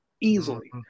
easily